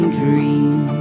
dream